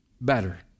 better